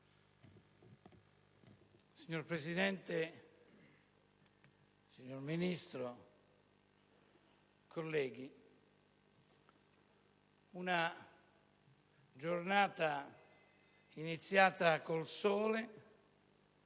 Signora Presidente, signor Ministro, colleghi, una giornata iniziata con il sole